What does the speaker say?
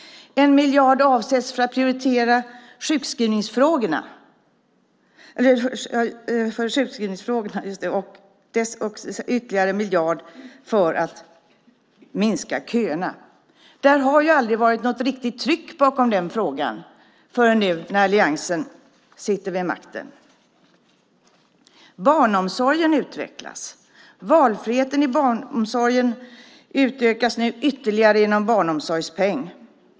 Det avsätts 1 miljard för sjukskrivningsfrågorna och ytterligare 1 miljard för att minska köerna. Det har aldrig varit något riktigt tryck bakom den frågan förrän nu när alliansen sitter vid makten. Barnomsorgen utvecklas. Valfriheten i barnomsorgen utökas nu ytterligare genom barnomsorgspeng.